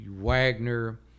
Wagner